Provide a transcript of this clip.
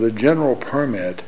the general permit